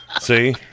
See